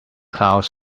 clouds